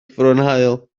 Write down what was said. fronhaul